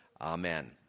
Amen